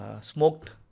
smoked